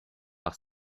par